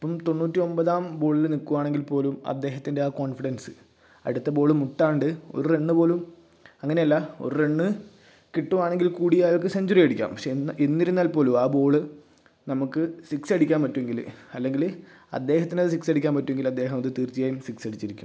ഇപ്പം തൊണ്ണൂറ്റി ഒമ്പതാം ബോളിൽ നിൽക്കുകയാണെങ്കിൽ പോലും അദ്ദേഹത്തിൻ്റെ ആ കോൺഫിഡൻസ് അടുത്ത ബോൾ മുട്ടാതെ ഒരു റണ്ണ് പോലും അങ്ങനെയല്ല ഒരു റണ്ണ് കിട്ടുകയാണെങ്കിൽ കൂടി അയാൾക്ക് സെഞ്ച്വറി അടിക്കാം പക്ഷെ എന്നിരുന്നാൽ പോലും ആ ബോൾ നമുക്ക് സിക്സ് അടിക്കാൻ പറ്റുമെങ്കിൽ അല്ലെങ്കിൽ അദ്ദേഹത്തിനത് സിക്സ് അടിക്കാൻ പറ്റുമെങ്കിൽ അദ്ദേഹം അത് തീർച്ചയായും സിക്സ് അടിച്ചിരിക്കും